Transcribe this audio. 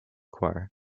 choir